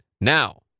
Now